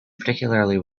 particularly